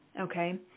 okay